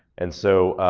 and so,